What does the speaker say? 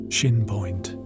Shinpoint